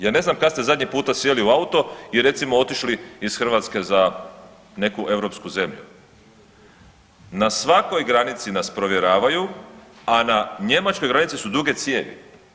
Ja ne znam kad ste zadnji puta sjeli u auto i recimo otišli iz Hrvatske za neku europsku zemlju, na svakoj granici nas provjeravaju, a na njemačkoj granici su duge cijevi.